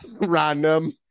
Random